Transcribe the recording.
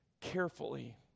carefully